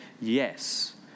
yes